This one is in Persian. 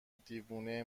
دیوونه